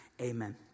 amen